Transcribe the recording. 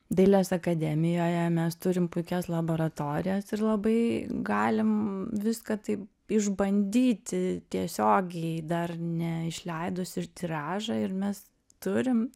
dailės akademijoje mes turim puikias laboratorijas ir labai galim viską tai išbandyti tiesiogiai dar neišleidus ir tiražą ir mes turim